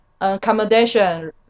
accommodation